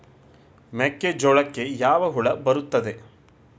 ಮೆಕ್ಕೆಜೋಳಕ್ಕೆ ಯಾವ ಹುಳ ಬರುತ್ತದೆ?